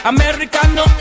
Americano